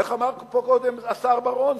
איך אמר פה קודם השר בר-און?